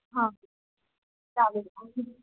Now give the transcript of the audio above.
हां चालेल